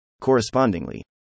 Correspondingly